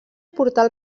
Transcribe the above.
portal